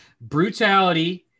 Brutality